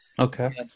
Okay